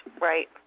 Right